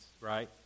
right